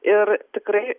ir tikrai